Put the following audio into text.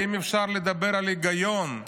האם אפשר לדבר על היגיון?